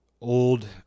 old